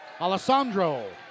Alessandro